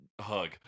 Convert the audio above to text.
hug